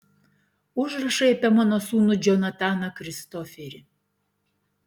užrašai apie mano sūnų džonataną kristoferį